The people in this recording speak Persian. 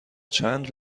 چند